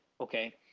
okay